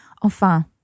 Enfin